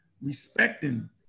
respecting